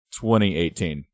2018